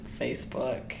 Facebook